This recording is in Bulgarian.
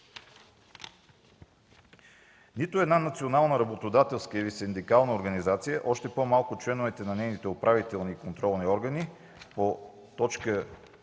Нито една национална работодателска или синдикална организация, още по-малко членовете на нейните управителни и контролни органи по т.